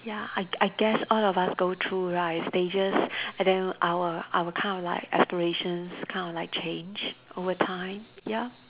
ya I I guess all of us go through right stages and then our our kind of like aspirations kind of like change over time ya